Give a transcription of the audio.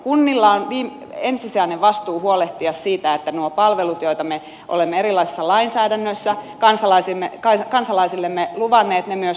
kunnilla on ensisijainen vastuu huolehtia siitä että nuo palvelut joita me olemme erilaisissa lainsäädännöissä kansalaisillemme luvanneet myös toteutuvat